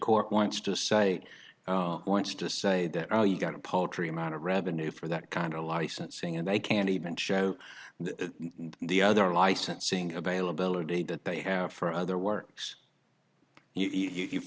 court wants to say wants to say that oh you got a paltry amount of revenue for that kind of licensing and they can't even show the other licensing availability that they have for other works you